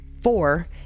four-